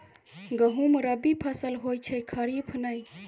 गहुम रबी फसल होए छै खरीफ नहि